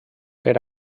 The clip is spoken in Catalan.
per